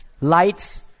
lights